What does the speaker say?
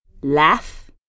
Laugh